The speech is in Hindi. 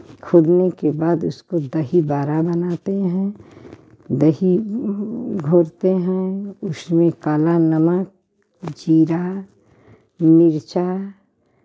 खोदने के बाद उसको दही वड़ा बनाते हैं दही घोलते हैं उसमें काला नमक जीरा मिरचा